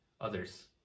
others